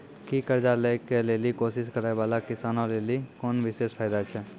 कि कर्जा लै के लेली कोशिश करै बाला किसानो लेली कोनो विशेष फायदा छै?